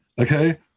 Okay